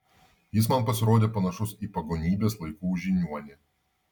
jis man pasirodė panašus į pagonybės laikų žiniuonį